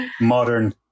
modern